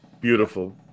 beautiful